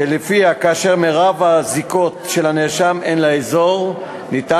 שלפיה כאשר רוב הזיקות של הנאשם הן לאזור ניתן